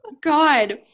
God